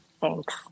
thanks